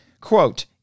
Quote